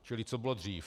Čili co bylo dřív?